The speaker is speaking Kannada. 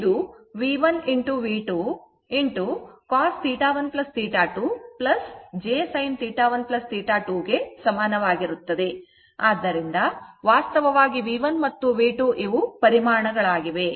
ಇದು V1 V2 cos θ1 θ2 jsin θ1 θ2 ಗೆ ಸಮಾನವಾಗಿರುತ್ತದೆ ಆದ್ದರಿಂದ ವಾಸ್ತವವಾಗಿ V1 ಮತ್ತು V2 ಇವು ಪರಿಮಾಣಗಳಾಗಿವೆ